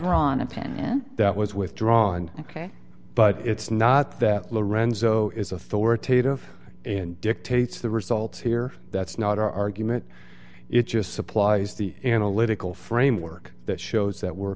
and that was withdrawn ok but it's not that lorenzo is authoritative and dictates the results here that's not our argument it just supplies the analytical framework that shows that we're